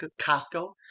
costco